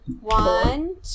One